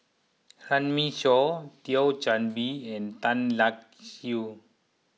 Runme Shaw Thio Chan Bee and Tan Lark Sye